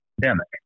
pandemic